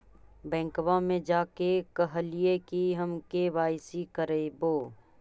बैंकवा मे जा के कहलिऐ कि हम के.वाई.सी करईवो?